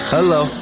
Hello